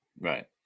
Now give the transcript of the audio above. Right